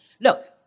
Look